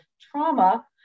trauma